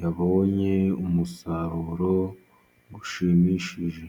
yabonye umusaruro ushimishije.